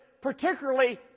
particularly